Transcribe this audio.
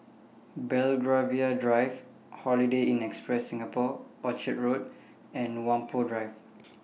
Belgravia Drive Holiday Inn Express Singapore Orchard Road and Whampoa Drive